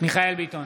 מיכאל מרדכי ביטון,